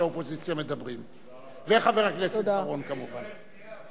וזה בדיוק מה שנעשה.